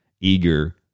eager